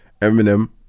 Eminem